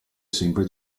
sempre